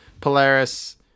Polaris